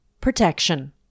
Protection